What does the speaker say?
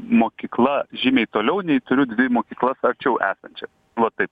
mokykla žymiai toliau nei turiu dvi mokyklas arčiau esančias va taip